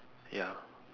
ya